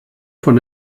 von